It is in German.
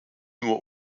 nur